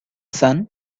sun